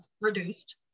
reduced